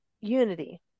unity